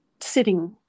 sitting